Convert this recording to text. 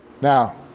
Now